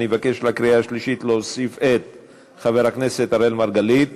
אני מבקש לקריאה השלישית להוסיף את חבר הכנסת אראל מרגלית